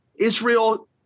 Israel